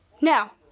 Now